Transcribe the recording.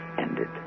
ended